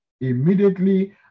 Immediately